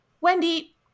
Wendy